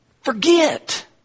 forget